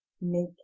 make